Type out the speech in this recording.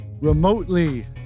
remotely